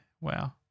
wow